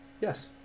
yes